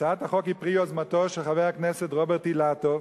הצעת החוק היא פרי יוזמתו של חבר הכנסת רוברט אילטוב,